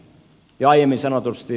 jo aiemmin sanotusti